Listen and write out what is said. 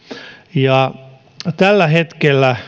tällä hetkellä